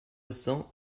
cents